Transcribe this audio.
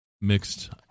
mixed